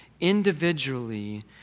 individually